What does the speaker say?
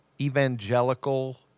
Evangelical